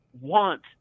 want